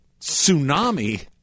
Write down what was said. tsunami –